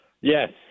Yes